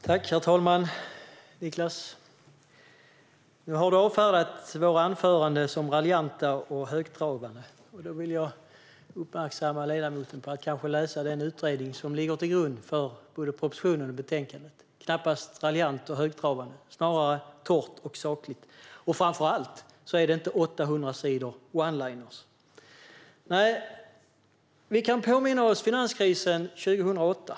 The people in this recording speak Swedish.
Herr talman! Nu har du avfärdat våra anföranden som raljanta och högtravande, Niklas. Då vill jag uppmärksamma ledamoten på den utredning som ligger till grund för både propositionen och betänkandet. Den är knappast raljant och högtravande, snarare torr och saklig. Framför allt är det inte 800 sidor oneliners. Vi kan påminna oss finanskrisen 2008.